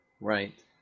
Right